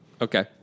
Okay